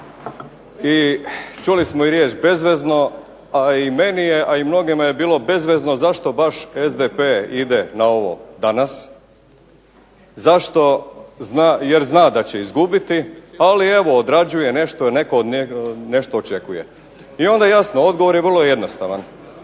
i čuli smo i riječ bezvezno, a i meni je i mnogima je bilo bezvezno zašto baš SDP ide na ovo danas, jer zna da će izgubiti, ali evo odrađuje nešto jer netko od njega nešto očekuje. I onda jasno, odgovor je vrlo jednostavan.